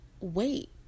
wait